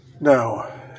Now